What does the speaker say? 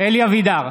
אלי אבידר,